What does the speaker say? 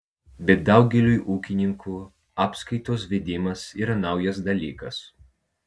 bet daugeliui ūkininkų apskaitos vedimas yra naujas dalykas